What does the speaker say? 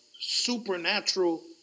supernatural